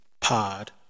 pod